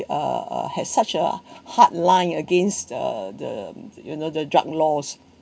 uh uh has such a hardline against the the you know the drug lords